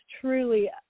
truly